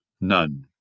None